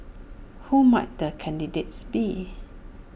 who might the candidate be